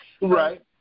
Right